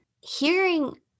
hearing